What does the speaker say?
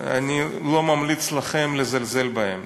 אני לא ממליץ לכם לזלזל בהם.